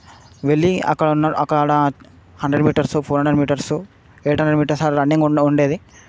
వెళ్ళి అక్కడున్న అక్కడ అడ hundred metres four hundred metres eight hundred metres running అలా ఉండ ఉండేది